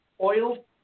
oil